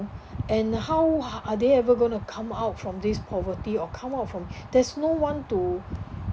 and how are they ever going to come out from this poverty or come out from there's no one to